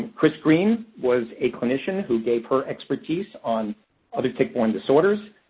chris green was a clinician who gave her expertise on other tick-born disorders.